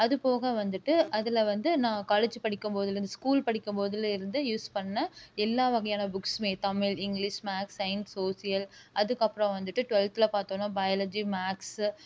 அது போக வந்துகிட்டு அதில் வந்து நான் காலேஜ் படிக்கும் போதுலேருந்து ஸ்கூல் படிக்கும் போதுலேருந்து யூஸ் பண்ண எல்லா வகையான புக்ஸ்மே Tamil English maths science social அதுக்கு அப்புறோம் வந்துகிட்டு டூவல்த்தில் பார்த்தோன்னா பயாலஜி மேக்ஸ்